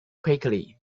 quickly